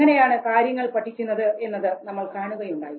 എങ്ങനെയാണ് കാര്യങ്ങൾ പഠിക്കുന്നത് എന്നത് നമ്മൾ കാണുകയുണ്ടായി